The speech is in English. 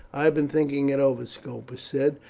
i have been thinking it over, scopus said.